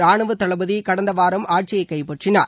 ராணுவ தளபதி கடந்த வாரம் ஆட்சியை கைப்பற்றினார்